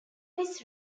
his